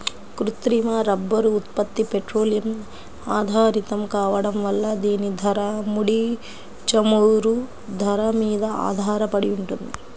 కృత్రిమ రబ్బరు ఉత్పత్తి పెట్రోలియం ఆధారితం కావడం వల్ల దీని ధర, ముడి చమురు ధర మీద ఆధారపడి ఉంటుంది